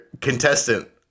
contestant